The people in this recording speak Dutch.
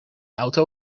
auto